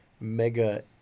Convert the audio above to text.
mega